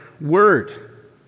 word